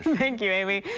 thank you, amy.